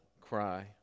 cry